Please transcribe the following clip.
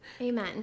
Amen